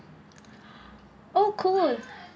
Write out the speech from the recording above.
oh cool